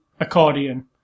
Accordion